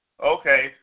Okay